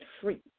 free